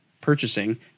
purchasing